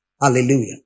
Hallelujah